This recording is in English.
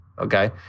Okay